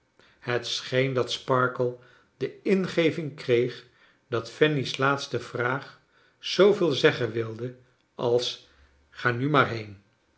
het scheen dat sparkler de ingeving kreeg dat fanny's laatste vraag zooveel zeggen wilde als ga nu maar heen